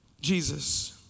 Jesus